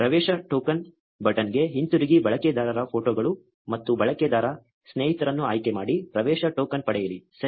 ಪ್ರವೇಶ ಟೋಕನ್ ಬಟನ್ಗೆ ಹಿಂತಿರುಗಿ ಬಳಕೆದಾರರ ಫೋಟೋಗಳು ಮತ್ತು ಬಳಕೆದಾರ ಸ್ನೇಹಿತರನ್ನು ಆಯ್ಕೆಮಾಡಿ ಪ್ರವೇಶ ಟೋಕನ್ ಪಡೆಯಿರಿ ಸರಿ